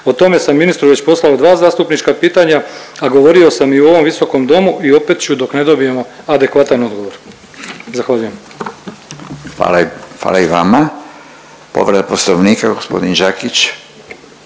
O tome sam ministru već poslao dva zastupnička pitanja, a govorio sam i u ovom visokom domu i opet ću dok ne dobijemo adekvatan odgovor. Zahvaljujem. **Radin, Furio (Nezavisni)**